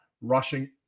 rushing